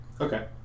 Okay